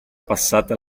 passata